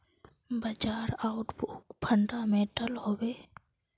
बाजार outlook fundamental हैवै?